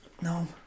no